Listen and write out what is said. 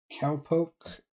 Cowpoke